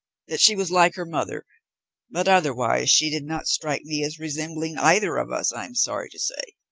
that she was like her mother but otherwise she did not strike me as resembling either of us, i am sorry to say.